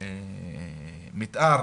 מתאר